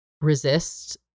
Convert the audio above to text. resist